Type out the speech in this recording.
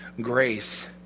grace